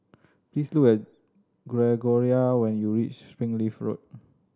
please look Gregoria when you reach Springleaf Road